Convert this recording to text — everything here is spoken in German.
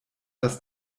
das